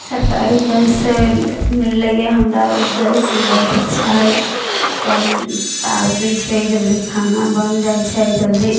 सरकारी गैस मिललै हइ हमरा ओ गैस नहि बहुत अच्छा हइ कम ताव दै छै जल्दी खाना बनि जाइ छै जल्दी